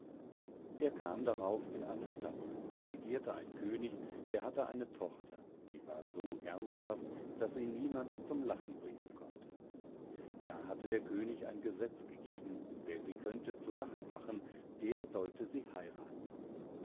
er kam darauf in eine stadt da regierte ein könig der hatte eine tochter die war so ernsthaft daß sie niemand zum lachen bringen konnte da hatte der könig ein gesetz gegeben wer sie könnte zu lachen machen der sollte sie heirathen